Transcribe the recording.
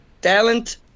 talent